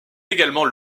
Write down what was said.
également